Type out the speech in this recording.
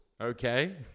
Okay